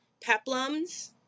peplums